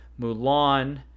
Mulan